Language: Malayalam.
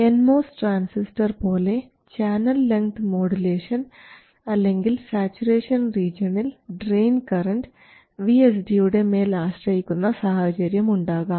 എൻ മോസ് ട്രാൻസിസ്റ്റർ പോലെ ചാനൽ ലെങ്ത് മോഡുലേഷൻ അല്ലെങ്കിൽ സാച്ചുറേഷൻ റീജിയണിൽ ഡ്രയിൻ കറൻറ് VSD യുടെ മേൽ ആശ്രയിക്കുന്ന സാഹചര്യം ഉണ്ടാകാം